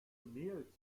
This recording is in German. mehl